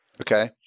Okay